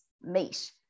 meet